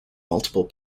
multiple